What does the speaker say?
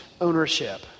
ownership